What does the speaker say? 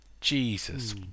Jesus